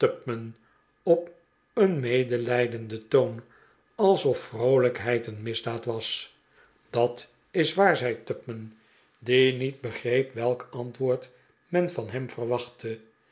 op een medelijdenden toon alsof vroolijkheid een misclaad was dat is waar zei tupman die niet begreep welk antwoord men van hem verwachtte